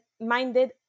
minded